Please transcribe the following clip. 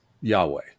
yahweh